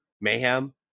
Mayhem